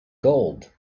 gold